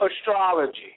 astrology